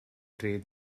trade